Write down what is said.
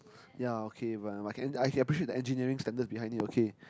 ya okay but I I can appreciate the engineering standards behind it okay